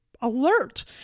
alert